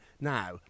Now